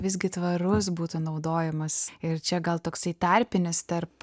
vis gi tvarus būtų naudojimas ir čia gal toksai tarpinis tarp